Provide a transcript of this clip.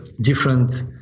different